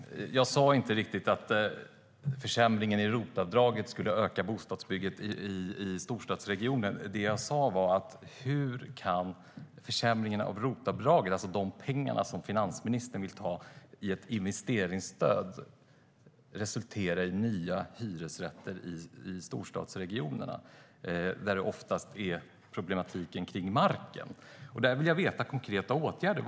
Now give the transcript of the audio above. Herr talman! Jag sa inte riktigt att försämringen i ROT-avdraget skulle öka bostadsbyggandet i storstadsregioner, utan jag undrade hur försämringen av ROT-avdraget, de pengar som finansministern vill lägga till ett investeringsstöd, kan resultera i nya hyresrätter i storstadsregionerna. Där ligger problemen oftast i tillgång till mark. Jag vill veta om det finns konkreta åtgärder.